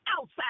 outside